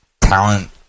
talent